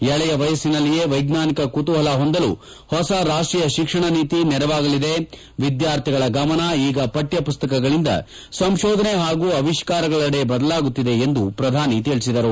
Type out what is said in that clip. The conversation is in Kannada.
ಎಳೆಯ ವಯಸ್ಸಿನಲ್ಲಿಯೇ ವೈಜ್ಞಾನಿಕ ಕುತೂಹಲ ಹೊಂದಲು ಹೊಸ ರಾಷ್ಟೀಯ ಶಿಕ್ಷಣ ನೀತಿ ನೆರವಾಗಲಿದೆ ವಿದ್ಯಾರ್ಥಿಗಳ ಗಮನ ಈಗ ಪಠ್ಯಪುಸ್ತಕಗಳಿಂದ ಸಂಶೋಧನೆ ಹಾಗೂ ಆವಿಷ್ಲಾ ರಗಳೆದೆ ಬದಲಾಗುತ್ತಿದೆ ಎಂದು ಅವರು ಹೇಳಿದರು